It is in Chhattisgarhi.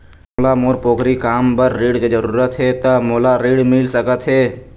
मोला मोर पोगरी काम बर ऋण के जरूरत हे ता मोला ऋण मिल सकत हे?